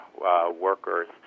workers